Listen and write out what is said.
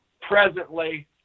presently